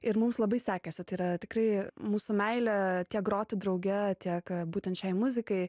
ir mums labai sekėsi tai yra tikrai mūsų meilė tiek groti drauge tiek būtent šiai muzikai